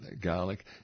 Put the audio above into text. garlic